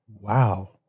Wow